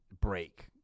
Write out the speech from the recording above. break